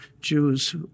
Jews